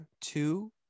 two